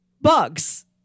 Bugs